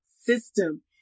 system